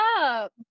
up